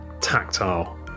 tactile